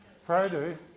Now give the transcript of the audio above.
Friday